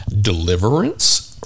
deliverance